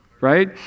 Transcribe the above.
right